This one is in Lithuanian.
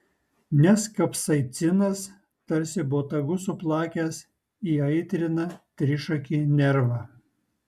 nes kapsaicinas tarsi botagu suplakęs įaitrina trišakį nervą